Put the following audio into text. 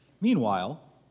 Meanwhile